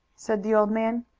said the old man.